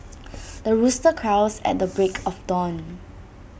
the rooster crows at the break of dawn